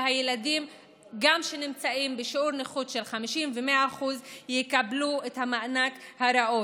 ושגם הילדים שנמצאים בשיעור נכות של 50% ו-100% יקבלו את המענק הראוי.